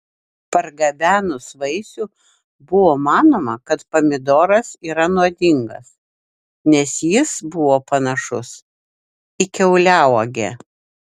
pargabenus vaisių buvo manoma kad pomidoras yra nuodingas nes jis buvo panašus į kiauliauogę